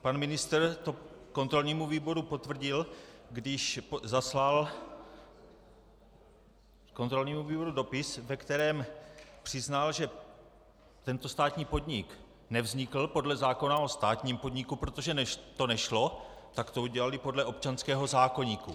Pan ministr to kontrolnímu výboru potvrdil, když zaslal kontrolnímu výboru dopis, ve kterém přiznal, že tento státní podnik nevznikl podle zákona o státním podniku, protože to nešlo, tak to udělali podle občanského zákoníku.